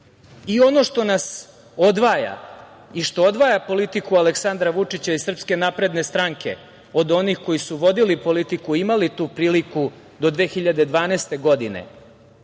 što nas odvaja i što odvaja politiku Aleksandra Vučića i SNS od onih koji su vodili politiku i imali tu priliku do 2012. godine